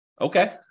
Okay